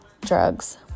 drugs